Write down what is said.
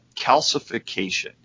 calcification